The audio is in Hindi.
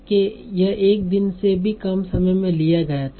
के यह एक दिन से भी कम समय में लिया गया था